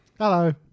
Hello